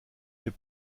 les